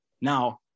Now